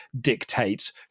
dictates